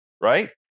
right